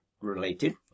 related